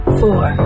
four